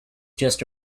just